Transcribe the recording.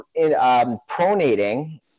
pronating